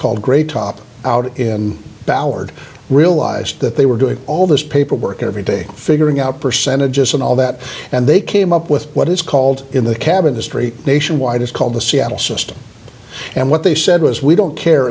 called great top out in ballard realized that they were doing all this paperwork every day figuring out percentages and all that and they came up with what is called in the cabin history nationwide is called the seattle system and what they said was we don't care